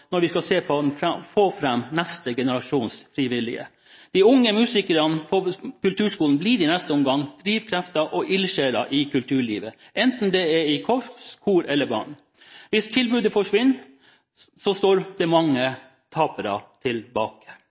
når vi skal få fram neste generasjon frivillige. De unge musikerne på kulturskolen blir i neste omgang drivkrefter og ildsjeler i kulturlivet, enten det er i korps, i kor eller i band. Hvis tilbudet forsvinner, står det mange tapere